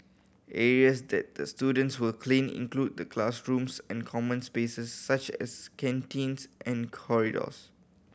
areas that the students will clean include the classrooms and common spaces such as canteens and corridors